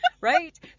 Right